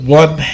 one